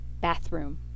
bathroom